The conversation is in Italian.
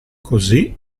così